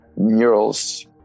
murals